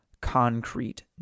concrete